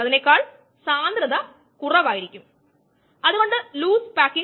ഒരു ചെറിയ ഇന്റർവെലിൽ അതാണ് നമ്മൾ കണക്കാക്കുന്നത്